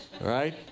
right